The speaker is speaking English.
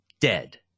dead